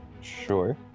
Sure